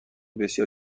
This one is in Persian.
بسیار